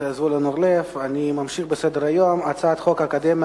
אני ממשיך בסדר-היום: הצעת חוק האקדמיה